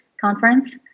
conference